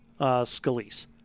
Scalise